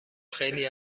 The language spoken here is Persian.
خیلی